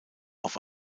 auf